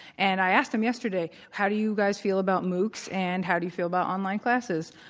and i asked them yesterday, how do you guys feel about moocs and how do you feel about online classes?